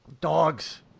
Dogs